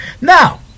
Now